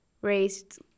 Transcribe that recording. raised